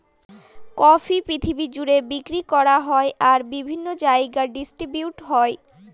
coffee পৃথিবী জুড়ে বিক্রি করা হয় আর বিভিন্ন জায়গায় ডিস্ট্রিবিউট হয়